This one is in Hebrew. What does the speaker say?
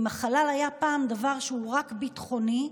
אם החלל היה פעם דבר שהוא רק ביטחוני,